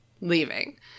leaving